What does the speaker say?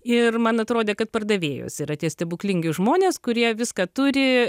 ir man atrodė kad pardavėjos yra tie stebuklingi žmonės kurie viską turi